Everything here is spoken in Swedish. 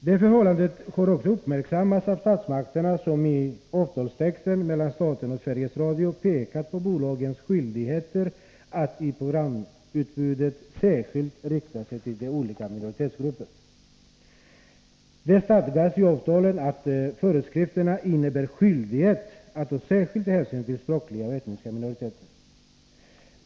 Det förhållandet har också uppmärksammats av statsmakterna, som i avtalstexten mellan staten och Sveriges Radio pekat på bolagens skyldigheter att i programutbuden särskilt rikta sig till olika minoritetsgrupper. Det stadgas i avtalen att föreskrifterna innebär skyldighet att ta särskild hänsyn till språkliga och etniska minoriteter.